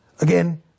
again